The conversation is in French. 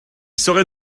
serait